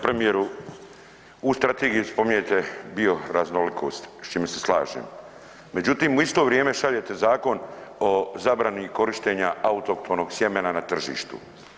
Premijeru u strategiji spominjete bioraznolikost s čime se slažem, međutim u isto vrijeme šaljete Zakon o zabrani korištenja autohtonog sjemena na tržištu.